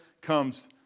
comes